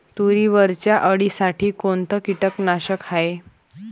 तुरीवरच्या अळीसाठी कोनतं कीटकनाशक हाये?